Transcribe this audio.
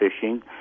fishing